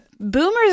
boomers